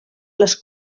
les